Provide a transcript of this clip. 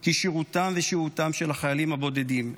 כי שירותם ושהותם של החיילים הבודדים,